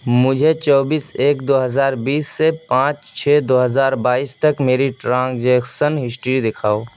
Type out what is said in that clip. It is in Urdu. مجھے چوبیس ایک دو ہزار بیس سے پانچ چھ دو ہزار بائیس تک میری ٹرانزیکسن ہسٹری دکھاؤ